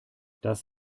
das